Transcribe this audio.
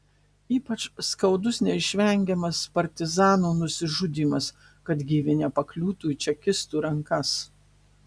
ypač skaudus neišvengiamas partizanų nusižudymas kad gyvi nepakliūtų į čekistų rankas